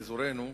בהם אזורנו,